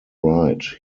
right